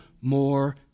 more